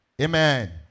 amen